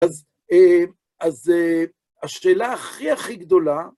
שלום לכולם, היום נציג מערכת ניהול מתקדמת לעמותות,